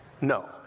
No